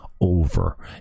Over